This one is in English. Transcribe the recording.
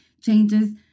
changes